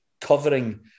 covering